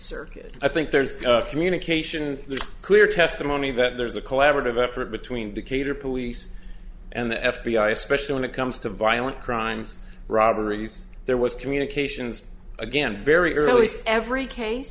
circuit i think there's communications there's clear testimony that there's a collaborative effort between decatur police and the f b i especially when it comes to violent crimes robberies there was communications again very early every case